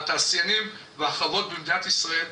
התעשיינים והחוות במדינת ישראל,